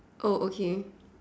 oh okay